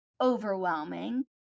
overwhelming